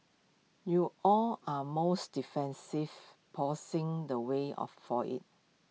you all are most defensive posing the way of for IT